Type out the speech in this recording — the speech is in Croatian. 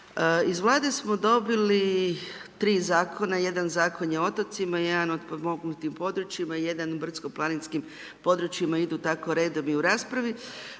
Iz Vlade smo dobili 3 zakona, jedan zakon je o otocima, jedan o potpomognutim područjima, jedan o brdsko-planinskim područjima, idu tako redom i u raspravi.